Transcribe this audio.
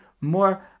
more